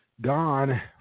gone